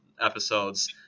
episodes